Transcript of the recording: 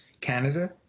Canada